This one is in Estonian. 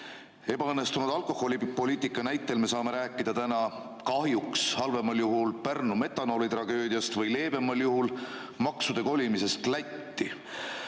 Ebaõnnestunud alkoholipoliitika näitel me saame täna rääkida kahjuks halvemal juhul Pärnu metanoolitragöödiast või leebemal juhul maksude kolimisest Lätti.